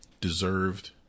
deserved